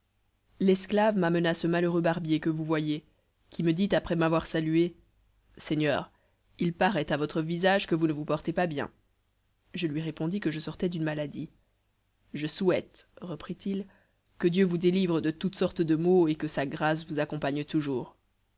l'esclave m'amena ce malheureux barbier que vous voyez qui me dit après m'avoir salué seigneur il paraît à votre visage que vous ne vous portez pas bien je lui répondis que je sortais d'une maladie je souhaite reprit-il que dieu vous délivre de toutes sortes de maux et que sa grâce vous accompagne toujours